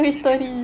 below the bed